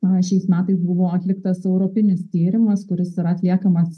na šiais metai buvo atliktas europinis tyrimas kuris yra atliekamas